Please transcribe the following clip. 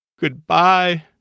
Goodbye